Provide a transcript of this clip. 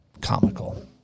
comical